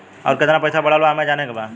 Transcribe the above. और कितना पैसा बढ़ल बा हमे जाने के बा?